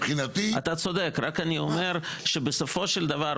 רק אני אומר שבסופו של דבר,